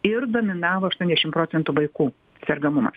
ir dominavo aštuoniašim procentų vaikų sergamumas